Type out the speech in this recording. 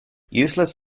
useless